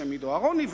שמו עידו אהרוני,